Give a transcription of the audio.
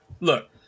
look